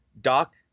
Doc